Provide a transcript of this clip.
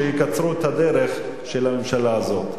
שיקצרו את הדרך של הממשלה הזאת.